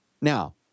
Now